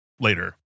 later